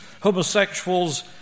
homosexuals